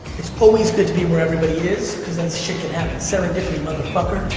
it's always good to be where everybody is because then shit can happen. serendipity, motherfucker.